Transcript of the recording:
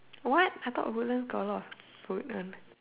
what I thought Woodlands got a lot of food one